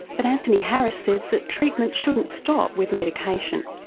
but anthony harris says that treatment shouldn't stop with medication.